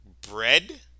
bread